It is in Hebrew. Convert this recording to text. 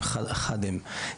אחד הם.